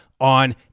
on